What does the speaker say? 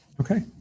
Okay